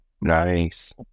Nice